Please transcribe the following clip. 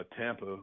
Tampa